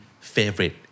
favorite